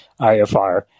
IFR